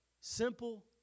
Simple